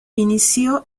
inició